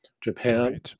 Japan